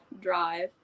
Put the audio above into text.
drive